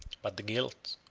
but the guilt,